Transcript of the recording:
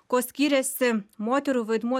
kuo skyrėsi moterų vaidmuo